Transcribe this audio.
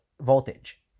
voltage